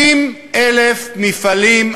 60,000 מפעלים,